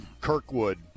Kirkwood